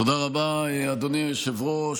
תודה רבה, אדוני היושב-ראש.